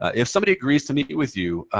if somebody agrees to meet with you,